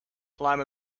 climb